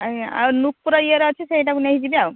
ଆଜ୍ଞା ଆଉ ନୂପୁର ଇଏର ଅଛି ସେଇଟାକୁ ନେଇକି ଯିବେ ଆଉ